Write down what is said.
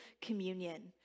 communion